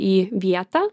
į vietą